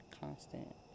constant